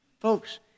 Folks